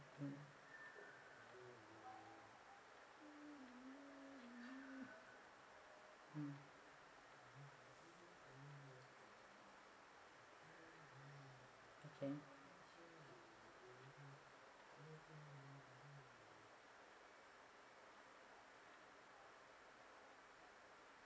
mm mm okay